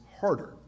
harder